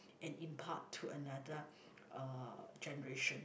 and impart to another uh generation